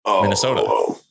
Minnesota